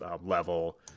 level